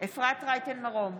אפרת רייטן מרום,